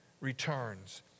returns